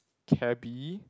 cabby